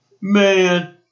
man